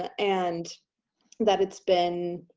and that it's been,